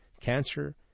Cancer